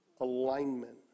alignment